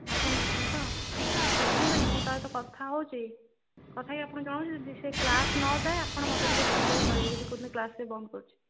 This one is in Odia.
ଆପଣ ନେଉଛନ୍ତି ତ ହଉ ଠିକ୍ ଅଛି ମୁଁ ତା ସହ କଥା ହେଉଛି କଥା ହେଇକି ଆପଣଙ୍କୁ ଜଣଉଛି ଯଦି ସେ କ୍ଲାସ୍ ନଯାଏ ଆପଣ ମୋତେ ଟିକେ ଫୋନ କରିକି କହିବେ ଯଦି କୋଉଦିନ କ୍ଲାସ୍ ସେ ବନ୍ଦ କରୁଛି